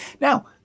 Now